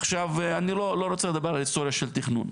עכשיו, אני לא רוצה לדבר על היסטוריה של תכנון.